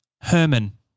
Herman